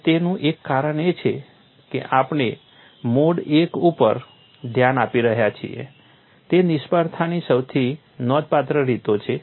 અને તેનું એક કારણ એ છે કે આપણે મોડ I ઉપર વધારે ધ્યાન આપી રહ્યા છીએ તે નિષ્ફળતાની સૌથી નોંધપાત્ર રીતો છે